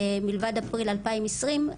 מלבד אפריל 2020,